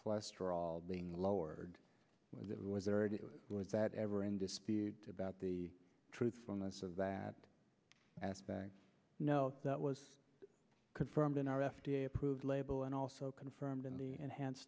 cholesterol being lowered was it was there it was that ever in dispute about the truthfulness of that aspect no that was confirmed in our f d a approved label and also confirmed in the enhanced